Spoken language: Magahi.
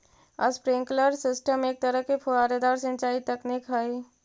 स्प्रिंकलर सिस्टम एक तरह के फुहारेदार सिंचाई तकनीक हइ